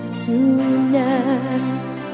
tonight